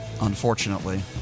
unfortunately